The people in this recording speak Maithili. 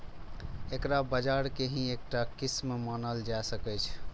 एकरा बाजार के ही एकटा किस्म मानल जा सकै छै